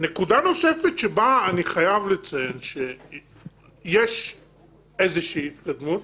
נקודה נוספת שבה אני חייב לציין שיש איזו שהיא התקדמות